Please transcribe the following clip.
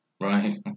right